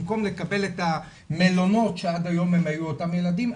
במקום לקבל את המלונות שעד היום הם היו אותם ילדים,